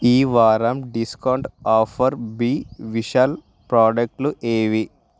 ఈ వారం discount offer బి విశాల్ ప్రాడక్టులు ఏవి